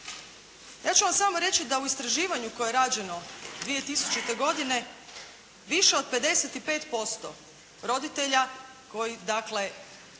Ja ću vam samo reći da u istraživanju koje je rađeno 2000.-te godine više od 55% roditelja koji